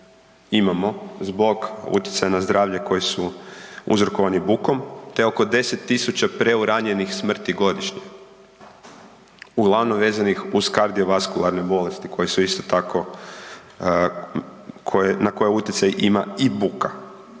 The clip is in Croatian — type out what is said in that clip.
imamo zbog utjecaja na zdravlje koji su uzrokovani bukom te oko 10.000 preuranjenih smrti godišnje, uglavnom vezanih uz kardiovaskularne bolesti na koje utjecaj ima i buka.